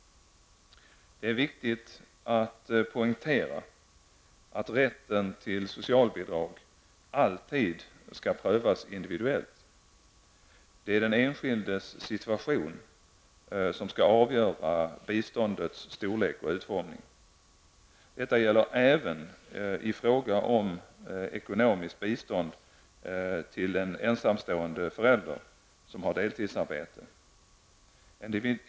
Det är viktigt att poängtera att rätten till socialbidrag alltid skall prövas individuellt. Det är den enskildes situation som skall avgöra biståndets storlek och utformning. Detta gäller även i fråga om ekonomiskt bistånd till en ensamstående förälder som har deltidsarbete.